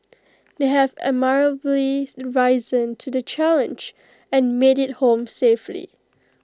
they have admirably risen to the challenge and made IT home safely